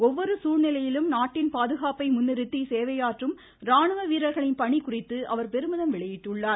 ஒவ்வொரு சூழ்நிலையிலும் நாட்டின் பாதுகாப்பை முன்னிறுத்தி சேவையாற்றும் ராணுவ வீரர்களின் பணி குறித்து அவர் பெருமிதம் வெளியிட்டார்